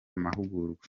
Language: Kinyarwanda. mahugurwa